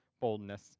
boldness